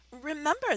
remember